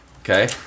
Okay